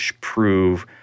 prove